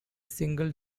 single